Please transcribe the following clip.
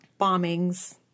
Bombings